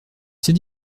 ces